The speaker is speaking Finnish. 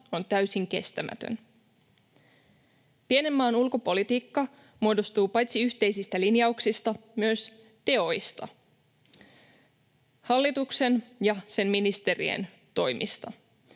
on täysin kestämätön. Pienen maan ulkopolitiikka muodostuu paitsi yhteisistä linjauksista myös teoista, hallituksen ja sen ministerien toimista.